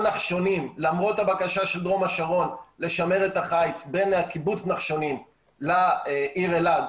למרות הבקשה של דרום השרון לשמר את החיץ בין קיבוץ נחשונים לעיר אלעד,